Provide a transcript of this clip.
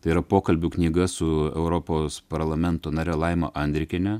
tai yra pokalbių knyga su europos parlamento nare laima andrikiene